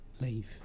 Leave